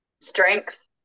Strength